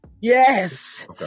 Yes